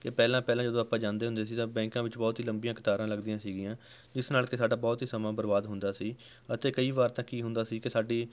ਕਿ ਪਹਿਲਾਂ ਪਹਿਲਾਂ ਜਦੋਂ ਆਪਾਂ ਜਾਂਦੇ ਹੁੰਦੇ ਸੀ ਤਾਂ ਬੈਂਕਾਂ ਵਿੱਚ ਬਹੁਤ ਹੀ ਲੰਬੀਆਂ ਕਤਾਰਾਂ ਲੱਗਦੀਆਂ ਸੀਗੀਆਂ ਜਿਸ ਨਾਲ ਕਿ ਸਾਡਾ ਬਹੁਤ ਹੀ ਸਮਾਂ ਬਰਬਾਦ ਹੁੰਦਾ ਸੀ ਅਤੇ ਕਈ ਵਾਰ ਤਾਂ ਕੀ ਹੁੰਦਾ ਸੀ ਕਿ ਸਾਡੀ